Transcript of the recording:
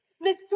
Miss